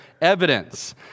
evidence